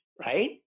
right